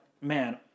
man